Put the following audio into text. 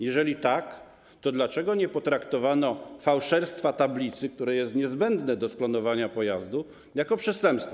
Jeżeli tak, to dlaczego nie potraktowano fałszerstwa tablicy, które jest niezbędne do sklonowania pojazdu, jako przestępstwa?